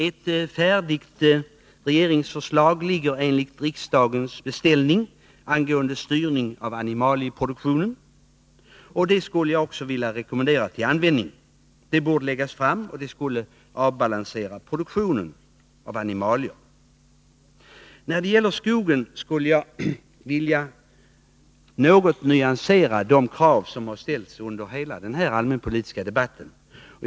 Ett färdigt regeringsförslag föreligger, enligt riksdagens beställning, angående styrning av animalieproduktionen. Det skulle jag också vilja rekommendera till användning. Det borde läggas fram, och det skulle avbalansera produktionen av animalier. När det gäller skogen skulle jag vilja något nyansera de krav som ställts under hela den här allmänpolitiska debatten.